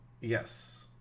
Yes